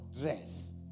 Dress